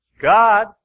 God